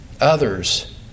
others